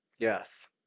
Yes